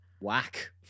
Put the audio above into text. Whack